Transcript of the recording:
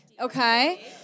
Okay